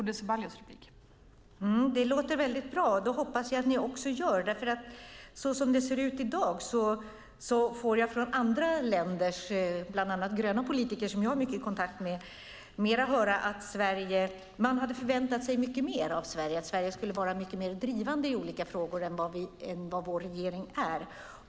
Fru talman! Det låter mycket bra, och jag hoppas att ni också gör det, Ismail Kamil. Såsom det ser ut i dag får jag från gröna politiker i andra länder, som jag har mycket kontakt med, höra att de förväntat sig mycket mer av Sverige, att Sverige skulle vara mycket mer drivande i olika frågor än vad vår regering är.